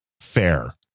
fair